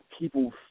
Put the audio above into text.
people